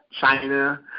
China